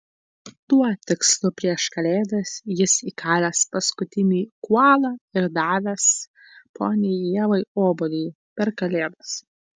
tuo tikslu prieš kalėdas jis įkalęs paskutinį kuolą ir davęs poniai ievai obuolį per kalėdas